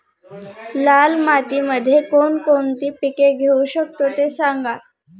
लाल मातीमध्ये कोणकोणती पिके घेऊ शकतो, ते सांगा